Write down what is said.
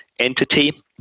entity